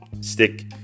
stick